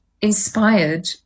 inspired